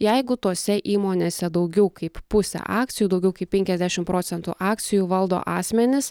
jeigu tose įmonėse daugiau kaip pusę akcijų daugiau kaip penkiasdešimt procentų akcijų valdo asmenys